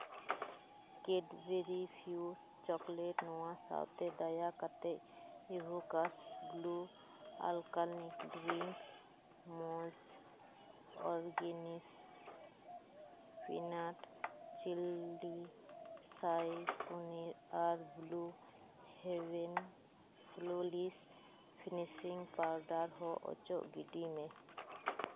Cadbury fuse chocolate ᱱᱚᱣᱟ ᱥᱟᱶᱛᱮ ᱫᱟᱭᱟ ᱠᱟᱛᱮᱫ ᱮᱦᱩᱠᱟᱥ ᱵᱞᱩ ᱟᱞᱠᱟᱱ ᱰᱨᱤᱝᱠ ᱢᱚᱡᱽ ᱚᱨᱜᱮᱱᱤᱥ ᱯᱷᱤᱱᱟᱴ ᱪᱤᱞᱰᱤ ᱥᱟᱭ ᱯᱚᱱᱤᱨ ᱟᱨ blue heaven flawless finishing powder ᱦᱚᱸ ᱚᱪᱚᱜ ᱜᱤᱰᱤ ᱢᱮ